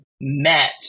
met